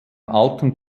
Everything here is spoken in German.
alten